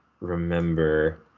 remember